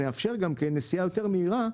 אנחנו גם נאפשר נסיעה יותר מהירה,